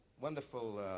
wonderful